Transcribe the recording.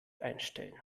einstellen